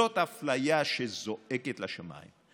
זאת אפליה שזועקת לשמיים.